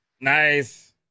nice